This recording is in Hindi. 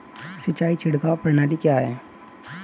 सिंचाई छिड़काव प्रणाली क्या है?